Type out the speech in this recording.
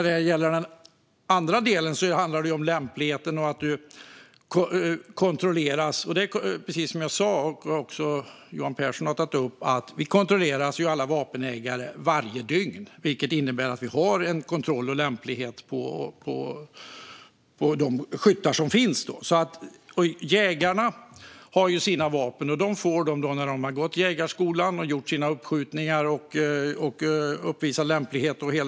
Den andra delen handlar om att lämpligheten kontrolleras. Precis som jag sa, och som Johan Pehrson också tagit upp, kontrolleras ju alla vapenägare varje dygn, vilket innebär att vi har en kontroll av lämplighet hos de skyttar som finns. Jägarna har sina vapen som de får när de har gått jägarskolan, gjort sina uppskjutningar och uppvisat lämplighet.